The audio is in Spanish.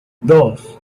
dos